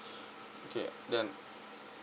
okay then